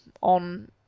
on